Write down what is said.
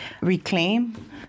reclaim